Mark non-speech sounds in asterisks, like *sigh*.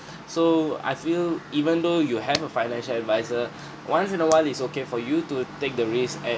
*breath* so I feel even though you have a financial advisor *breath* once in a while it's okay for you to take the risk and